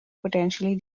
potentially